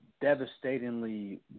devastatingly